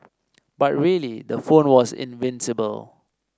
but really the phone was invincible